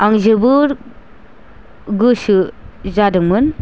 आं जोबोर गोसो जादोंमोन